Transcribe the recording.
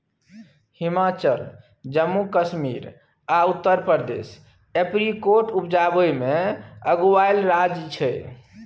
हिमाचल, जम्मू कश्मीर आ उत्तर प्रदेश एपरीकोट उपजाबै मे अगुआएल राज्य छै